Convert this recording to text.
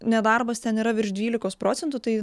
nedarbas ten yra virš dvylikos procentų tai